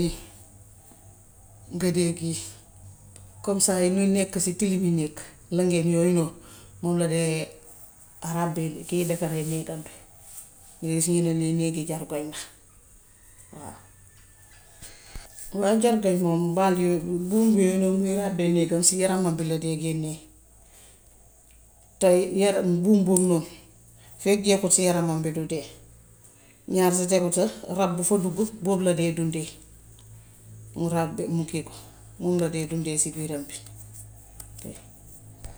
Nga dee kii comme ça ya ngee nekk ci tëyu bi néeg. Lëngéen yooyu dañ ko dee ràbbee kii defaree néegam bi. Léegi fim nekk nii néegi jargoñ la waaw. Jargoñ moom mbaal yooyu, buum yooyu ñuy ràbbee néegam si yaramam bi la dee génnee. Tay yeneen buum boobu noonu feek jeexul si yaramam bi du dee. Ñaar sa tegu sa, rab bu fa duggu, boobu la dee dundee, mu ràbb mu kii ko. Moom la dee dundee si biiram bi.